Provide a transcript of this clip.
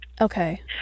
okay